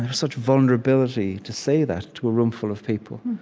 and such vulnerability to say that to a roomful of people,